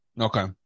Okay